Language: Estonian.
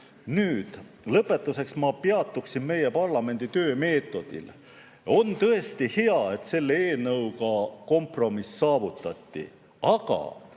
Lõpetuseks ma peatuksin meie parlamendi töömeetodil. On tõesti hea, et selle eelnõuga kompromiss saavutati, aga